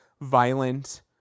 violent